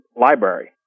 library